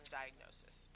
diagnosis